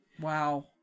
wow